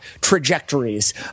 trajectories